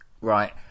Right